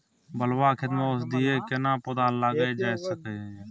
बलुआ खेत में औषधीय केना पौधा लगायल जा सकै ये?